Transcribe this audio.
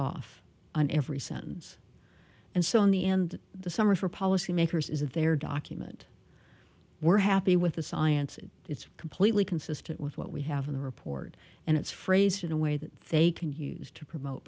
off on every sentence and so in the end the summary for policymakers is that there document we're happy with the science it's completely consistent with what we have in the report and it's phrased in a way that they can use to promote